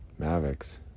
Mavics